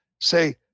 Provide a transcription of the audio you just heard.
say